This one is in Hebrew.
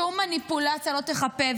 שום מניפולציה לא תחפה.